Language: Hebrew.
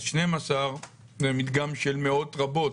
אז 12% זה מדגם של מאות רבות,